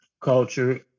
culture